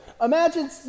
Imagine